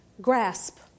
grasp